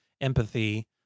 empathy